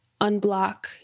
unblock